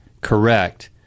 correct